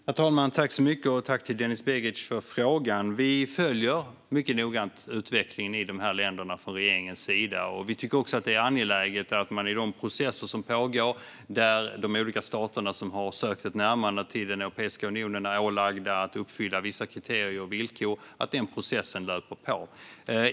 Herr talman! Tack till Denis Begic för frågan! Regeringen följer mycket noggrant utvecklingen i de här länderna. Vi tycker också att det är angeläget att de processer som pågår, där de olika staterna som har sökt ett närmande till Europeiska unionen är ålagda att uppfylla vissa kriterier och villkor, löper på.